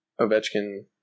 Ovechkin